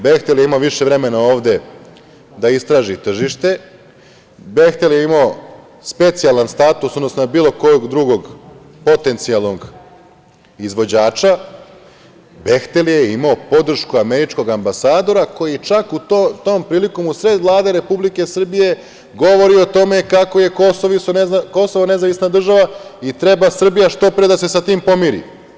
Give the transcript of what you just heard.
Behtel“ je imao više vremena ovde da istraži tržište, „Behtel“ je imao specijalni status u odnosu na bilo kod drugog potencijalnog izvođača, „Behtel“ je imao podršku američkog ambasadora, koji je čak tom prilikom u sred Vlade Republike Srbije govorio o tome kako je Kosovo nezavisna država i treba Srbija što pre sa tim da se pomiri.